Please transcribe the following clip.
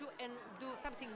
do something